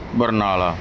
Barnala